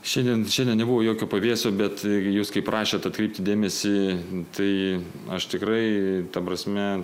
šiandien šiandien nebuvo jokio pavėsio bet jūs kaip prašėt atkreipti dėmesį tai aš tikrai ta prasme